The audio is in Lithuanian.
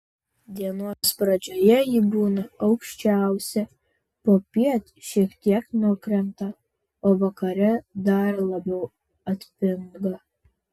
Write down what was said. dienos pradžioje ji būna aukščiausia popiet šiek tiek nukrenta o vakare dar labiau atpinga